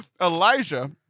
Elijah